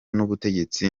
n’ubutegetsi